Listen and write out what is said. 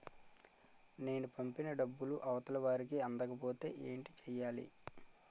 నేను పంపిన డబ్బులు అవతల వారికి అందకపోతే ఏంటి చెయ్యాలి?